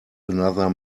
another